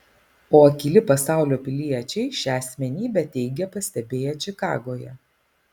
o akyli pasaulio piliečiai šią asmenybę teigia pastebėję čikagoje